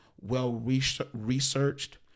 well-researched